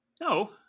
No